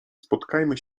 spotkajmy